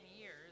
years